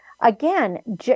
Again